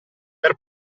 per